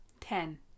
Ten